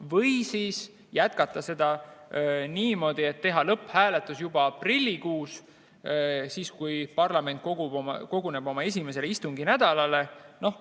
või siis jätkata niimoodi, et teha lõpphääletus juba aprillikuus, kui parlament koguneb oma esimesele istunginädalale. Noh,